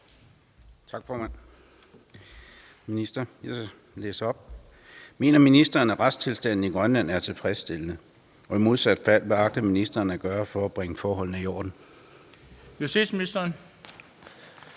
Tak, formand. Jeg læser det op: Mener ministeren, at retstilstanden i Grønland er tilfredsstillende, og i modsat fald, hvad agter ministeren så at gøre for at bringe forholdene i orden? Kl. 13:06 Den